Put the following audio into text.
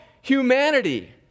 humanity